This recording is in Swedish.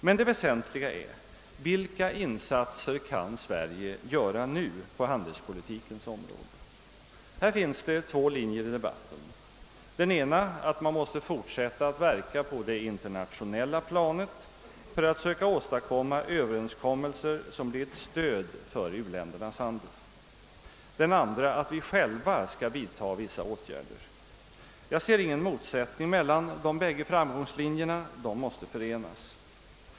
Men det väsentliga är: Vilka insatser kan Sverige göra nu på handelspolitikens område? Det finns två linjer i debatten. Den ena är att vi måste fortsätta att verka på det internationella planet för att söka åstadkomma överenskommelser som blir ett stöd för u-ländernas handel. Den andra är att vi själva skall vidta vissa åtgärder. Jag ser ingen mot sättning mellan de bägge framgångslinjerna — de måste förenas.